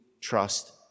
trust